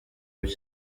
bye